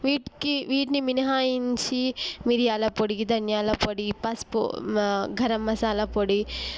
వీటికి వీటిని మినహాయించి మిర్యాల పొడిగి దనియాల పొడి పసుపు గరం మసాలా పొడి